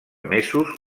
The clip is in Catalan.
mesos